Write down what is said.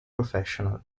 professional